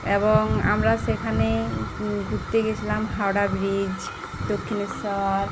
এবং আমরা সেখানে ঘুরতে গেছিলাম হাওড়া ব্রিজ দক্ষিণেশ্বর